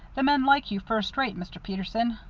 the men like you first-rate, mr. peterson.